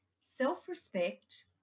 Self-respect